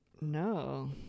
no